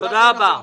תודה רבה.